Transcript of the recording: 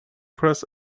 press